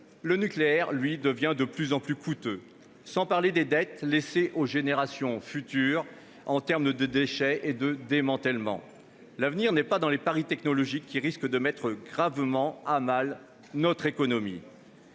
quant à lui, de plus en plus coûteux, sans parler des dettes laissées aux générations futures, en termes de déchets et de démantèlement. L'avenir n'est pas dans les paris technologiques qui risquent de mettre gravement à mal notre économie.